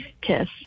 kiss